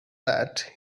that